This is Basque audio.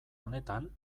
honetan